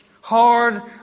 Hard